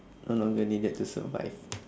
no longer needed to survive